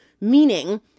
Meaning